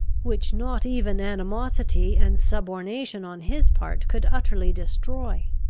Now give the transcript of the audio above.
which not even animosity and subornation on his part could utterly destroy.